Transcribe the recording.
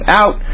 out